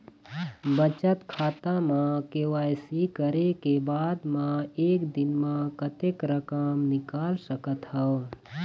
बचत खाता म के.वाई.सी करे के बाद म एक दिन म कतेक रकम निकाल सकत हव?